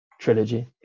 trilogy